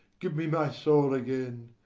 give me my soul again.